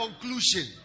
Conclusion